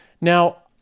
Now